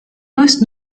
most